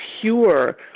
pure